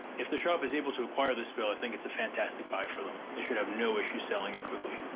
if the shop is able to acquire this bill, i think it's a fantastic buy for them. they should have no issue selling it quickly.